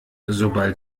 sobald